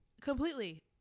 Completely